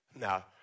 Now